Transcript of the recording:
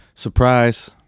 Surprise